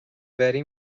وری